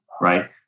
Right